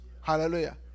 Hallelujah